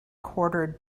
quartered